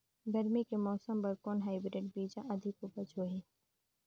गरमी के मौसम बर कौन हाईब्रिड बीजा अधिक उपज होही?